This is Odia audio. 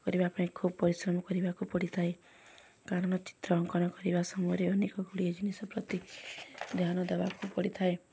କରିବା ପାଇଁ ଖୁବ୍ ପରିଶ୍ରମ କରିବାକୁ ପଡ଼ିଥାଏ କାରଣ ଚିତ୍ର ଅଙ୍କନ କରିବା ସମୟରେ ଅନେକଗୁଡ଼ିଏ ଜିନିଷ ପ୍ରତି ଧ୍ୟାନ ଦେବାକୁ ପଡ଼ିଥାଏ